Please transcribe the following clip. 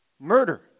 Murder